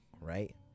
right